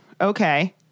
Okay